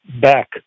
back